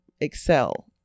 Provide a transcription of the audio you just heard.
excel